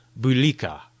Bulika